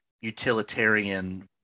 utilitarian